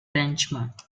benchmark